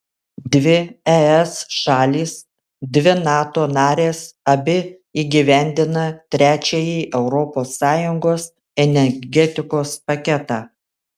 dvi es šalys dvi nato narės abi įgyvendina trečiąjį europos sąjungos energetikos paketą